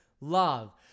love